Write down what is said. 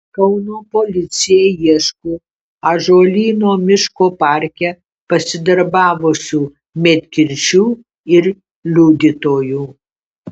kauno policija ieško ąžuolyno miško parke pasidarbavusių medkirčių ir liudytojų